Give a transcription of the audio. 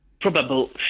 probable